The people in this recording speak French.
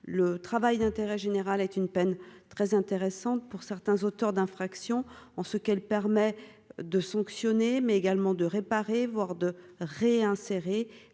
le travail d'intérêt général est une peine très intéressante pour certains auteurs d'infractions en ce qu'elle permet de sanctionner, mais également de réparer, voire de réinsérer,